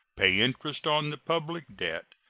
pay interest on the public debt,